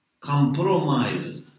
compromise